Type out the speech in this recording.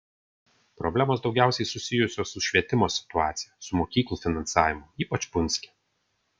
problemos daugiausiai susijusios su švietimo situacija su mokyklų finansavimu ypač punske